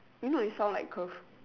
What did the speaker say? you know you sound like her